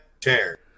chair